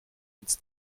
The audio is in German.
ins